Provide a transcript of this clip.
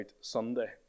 Sunday